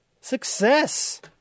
Success